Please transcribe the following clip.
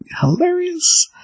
hilarious